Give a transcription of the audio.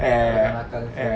eh eh